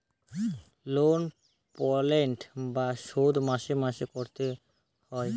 loan payment বা শোধ মাসে মাসে করতে এ হয়